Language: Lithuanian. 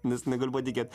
nes negaliu patikėt